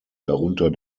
darunter